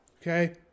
okay